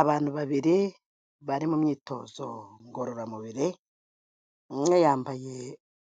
Abantu babiri bari mu myitozo ngororamubiri, umwe yambaye